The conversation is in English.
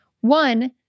One